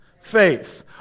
Faith